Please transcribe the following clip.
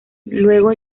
luego